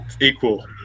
Equal